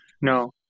No